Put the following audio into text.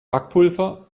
backpulver